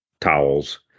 towels